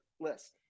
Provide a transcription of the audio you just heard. list